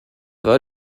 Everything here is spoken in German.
war